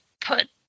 put